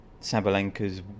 Sabalenka's